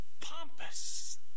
pompous